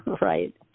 Right